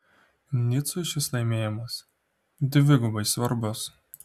nicui šis laimėjimas dvigubai svarbus